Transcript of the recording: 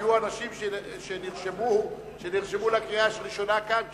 היו אנשים שנרשמו לקריאה הראשונה כאן,